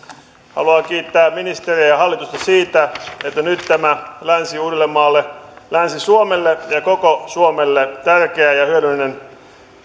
haluan kiittää ministeriä ja hallitusta siitä että nyt tämä länsi uudellemaalle länsi suomelle ja koko suomelle tärkeä ja hyödyllinen